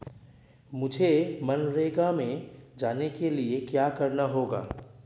मुझे मनरेगा में जाने के लिए क्या करना होगा?